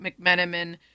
McMenamin